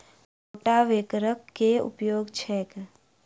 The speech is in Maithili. रोटावेटरक केँ उपयोग छैक?